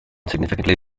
significantly